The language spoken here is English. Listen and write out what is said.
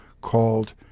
called